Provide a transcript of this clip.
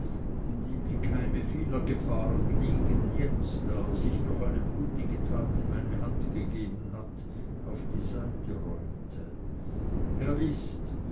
dem die keime vieler gefahren liegen jetzt da er sich durch eine blutige tat in meine hand gegeben hat auf die seite räumte er ist